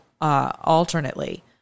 alternately